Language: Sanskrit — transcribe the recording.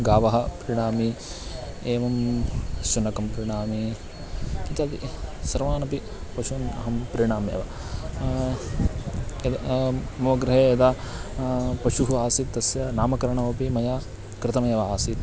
गावः प्रीणामि एवं शुनकं प्रीणामि इत्यादि सर्वानपि पशून् अहं प्रीणाम्येव यत् मम गृहे यदा पशुः आसीत् तस्य नामकरणमपि मया कृतमेव आसीत्